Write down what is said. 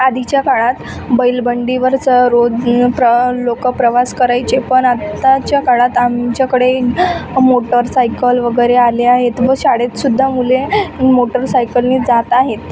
आधीच्या काळात बैलबंडीवरच रोज लोक प्रवास करायचे पण आत्ताच्या काळात आमच्याकडे मोटरसायकल वगैरे आले आहेत व शाळेत सुद्धा मुले मोटरसायकलने जात आहेत